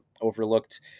overlooked